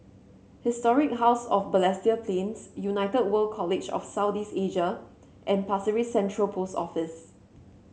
Historic House of Balestier Plains United World College of South East Asia and Pasir Ris Central Post Office